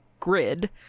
Grid